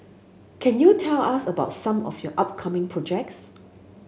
can you tell us about some of your upcoming projects